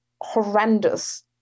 horrendous